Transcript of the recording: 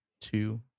two